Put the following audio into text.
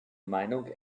meinung